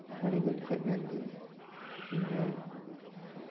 ᱨᱟᱱᱤᱜᱚᱸᱡᱽ ᱠᱷᱚᱱ ᱢᱮᱱ ᱮᱫᱟᱹᱧ ᱤᱧᱟᱹᱜ